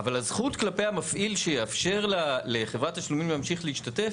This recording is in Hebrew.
אבל הזכות כלפי המפעיל שיאפשר לחברת תשלומים להמשיך להשתתף,